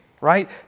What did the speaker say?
right